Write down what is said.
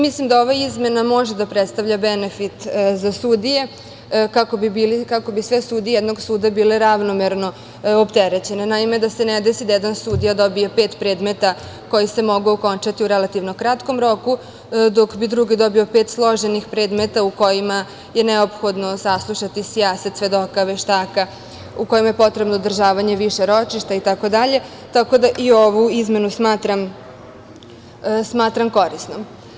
Mislim da ova izmena može da predstavlja benefit za sudije, kako bi sve sudije jednog suda bile ravnomerno opterećene, da se ne desi da jedan sudija dobije pet predmeta koji se mogu okončati u relativno kratkom roku, dok bi drugi dobio pet složenih predmeta u kojima je neophodno saslušati sijaset svedoka, veštaka, kojima je potrebno održavanje više ročišta, itd, tako da i ovu izmenu smatram korisnom.